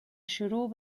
شروع